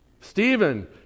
Stephen